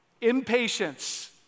Impatience